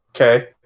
Okay